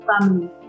family